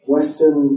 Western